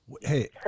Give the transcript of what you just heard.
Hey